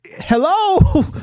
hello